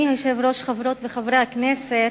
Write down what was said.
אדוני היושב-ראש, חברות וחברי הכנסת,